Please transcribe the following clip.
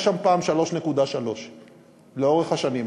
היה שם פעם 3.3 מיליארד, לאורך השנים.